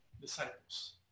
disciples